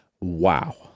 Wow